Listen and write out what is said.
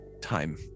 time